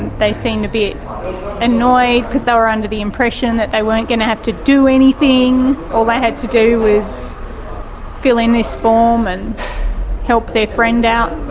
they seemed to be annoyed because they were under the impression that they weren't going to have to do anything, all they had to do was fill in this form and help their friend out,